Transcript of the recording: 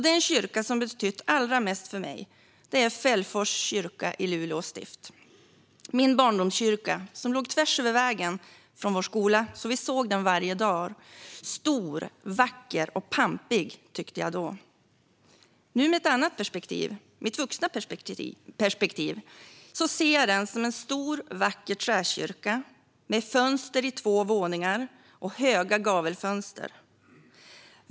Den kyrka som betytt allra mest för mig är Fällfors kyrka i Luleå stift, min barndomskyrka. Den låg tvärs över vägen från vår skola, så vi såg den varje dag. Den var stor, vacker och pampig, tyckte jag då. Nu, med ett annat perspektiv, mitt vuxna perspektiv, ser jag den som en stor vacker träkyrka med fönster i två våningar och höga gavelfönster.